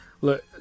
look